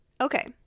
Okay